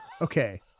Okay